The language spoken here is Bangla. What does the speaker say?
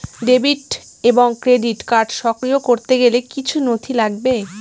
ডেবিট এবং ক্রেডিট কার্ড সক্রিয় করতে গেলে কিছু নথি লাগবে?